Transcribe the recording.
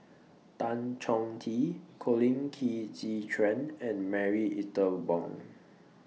Tan Chong Tee Colin Qi Zhe Quan and Marie Ethel Bong